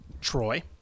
Troy